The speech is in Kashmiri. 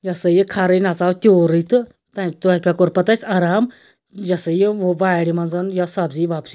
یہِ ہَسا یہِ کھَرے نہَ ژاو تیٛوٗرُے تہٕ تتہِ پٮ۪ٹھ کوٚر پَتہٕ اَسہِ آرام یہِ ہَسا یہِ وارِ مَنٛز یا سبزی وبزی